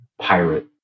pirate